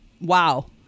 wow